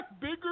bigger